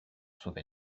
sauver